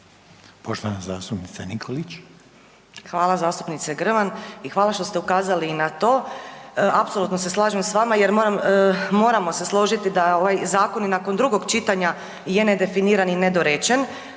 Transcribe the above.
Romana (SDP)** Hvala zastupnice Grman i hvala što ste ukazali i na to. Apsolutno se slažem s vama jer moramo se složiti da ovaj zakon i nakon drugog čitanja je nedefiniran i nedorečen,